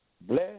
Bless